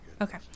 okay